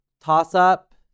Toss-up